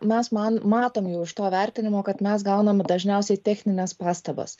mes man matom jau iš to vertinimo kad mes gaunam dažniausiai technines pastabas